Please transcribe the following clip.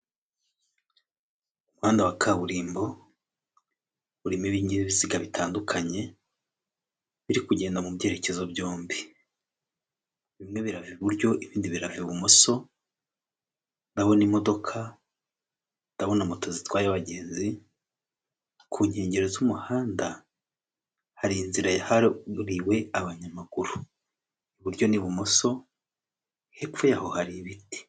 Umuhanda wa kaburimbo urimo ibinyabiziga bitandukanye biri kugenda mu byerekezo byombi, bimwe birava iburyo ibindi birava ibumoso, ndabona imodoka, ndabona moto zitwaye abagenzi, ku nkengero z'umuhanda hari inzira yahariwe abanyamaguru, iburyo n'ibumoso hepfo yaho hari ibiti.